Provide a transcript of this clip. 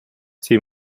цій